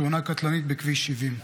בתאונה קטלנית בכביש 70,